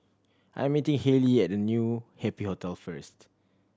I'm meeting Haley at New Happy Hotel first